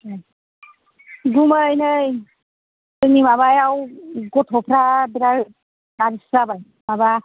गुमै नै जोंनि माबायाव गथ'फ्रा बिराद गारजिसो जाबाय माबा